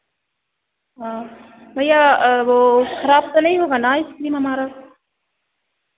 हाँ भैया वो खराब तो नहीं होगा ना आइस क्रीम हमारा